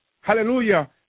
hallelujah